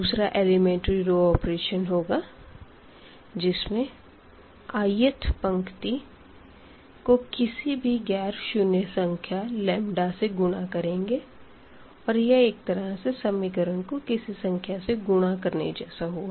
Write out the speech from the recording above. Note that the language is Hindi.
दूसरा एलीमेंट्री रो ऑपरेशन होगा जिसमें i th रो को किसी भी गैर शुन्य संख्या लंबदा से गुणा करेंगे और यह एक तरह से इक्वेशन को किसी संख्या से गुणा करने जैसा हुआ